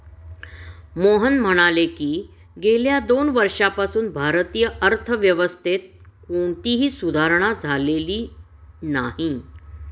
मोहन म्हणाले की, गेल्या दोन वर्षांपासून भारतीय अर्थव्यवस्थेत कोणतीही सुधारणा झालेली नाही